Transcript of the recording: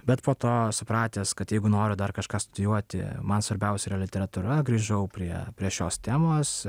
bet po to supratęs kad jeigu noriu dar kažką studijuoti man svarbiausia yra literatūra grįžau prie prie šios temos